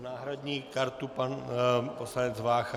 Náhradní kartu č. 3 má pan poslanec Vácha.